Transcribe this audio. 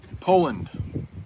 Poland